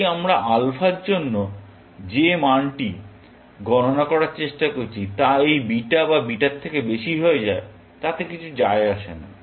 যদি আমরা এই আলফার জন্য যে মানটি গণনা করার চেষ্টা করছি তা এই বিটা বা এই বিটার থেকে বেশি হয়ে যায় তাতে কিছু যায় আসে না